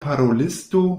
parolisto